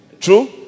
True